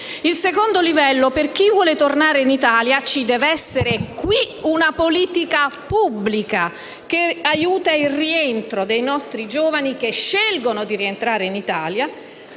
In secondo luogo, per chi vuole tornare in Italia, ci deve essere qui una politica pubblica che aiuti il rientro dei nostri giovani che scelgono di rientrare in Italia.